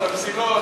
את המסילות,